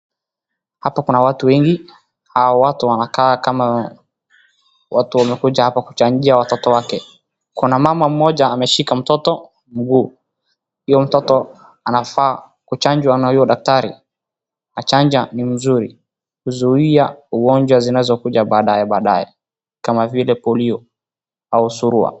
Hapa kuna watu wengi. Hawa watu wanakaa kama watu wamekuja hapa kuchanjia watoto wake. Kuna mama mmoja ameshika mtoto mguu. Huyo mtoto anafaa kuchanjwa na huyo daktari na chanja ni mzuri. Uzuia ugonjwa zinazokuja baadae baadae kama vile polio au surua.